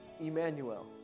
Emmanuel